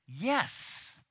Yes